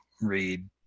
read